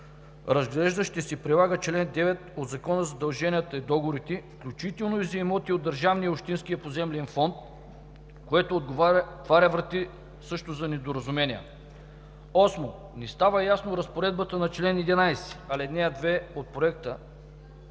изглежда ще се прилага чл. 9 от Закона за задълженията и договорите, включително и за имотите от държавния и общинския поземлен фонд, което отваря врати също за недоразумения. 8. Не става ясно разпоредбата на чл. 11, ал. 2 от Проекта